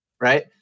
right